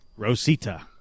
Rosita